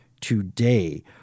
today